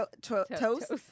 toast